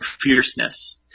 fierceness